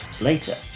Later